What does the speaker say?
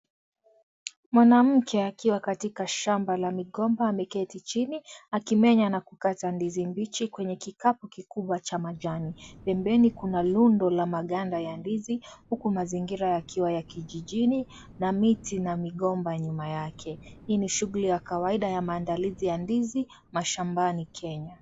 Mwanamke akiwa katika shamba la migomba. Ameketi chini akimenya na kukata ndizi mbichi kwenye kikapu kikubwa cha majani. Pembeni kuna rundo la maganda ya ndizi huku mazingira yakiwa ya kijijini na miti na migomba nyuma yake. Hii ni shughuli ya kawaida ya maandalizi ya ndizi mashambani Kenya.